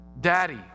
Daddy